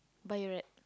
buy a rat